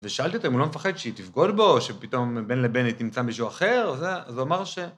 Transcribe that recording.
ושאלתי אותו אם הוא לא מפחד שהיא תבגוד בו, או שפתאום בין לבין היא תמצא מישהו אחר, זה, אז הוא אמר ש...